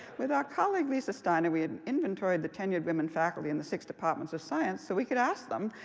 with our colleague lisa steiner, we had inventoried the tenured women faculty in the six departments of science so we could ask them,